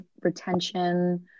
retention